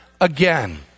again